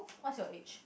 what's your age